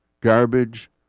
garbage